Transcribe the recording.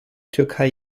türkei